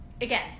again